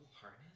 harness